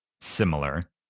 similar